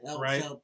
right